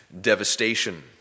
Devastation